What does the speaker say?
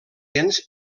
gens